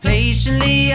Patiently